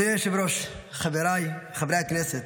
אדוני היושב-ראש, חבריי חברי הכנסת,